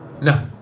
No